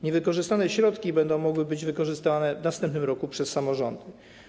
Niewykorzystane środki będą mogły być wykorzystane w następnym roku przez samorządy.